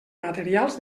materials